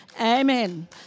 amen